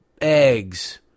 eggs